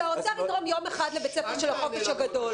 שהאוצר יתרום יום אחד לבית הספר של החופש הגדול.